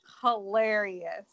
hilarious